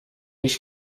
ich